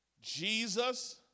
Jesus